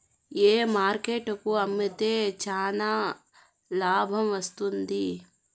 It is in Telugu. ఏ మార్కెట్ కు అమ్మితే చానా లాభం వస్తుంది?